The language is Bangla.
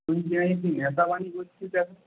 শুনছি নাকি তুই নেতাবারি করছিস এখন